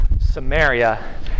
Samaria